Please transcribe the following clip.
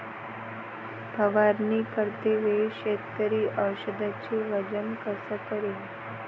फवारणी करते वेळी शेतकरी औषधचे वजन कस करीन?